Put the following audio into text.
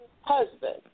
husband